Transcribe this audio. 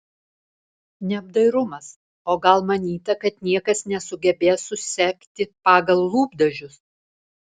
neapdairumas o gal manyta kad niekas nesugebės susekti pagal lūpdažius